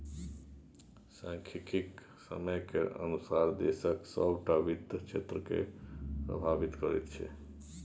सांख्यिकी समय केर अनुसार देशक सभटा वित्त क्षेत्रकेँ प्रभावित करैत छै